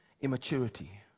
immaturity